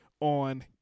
on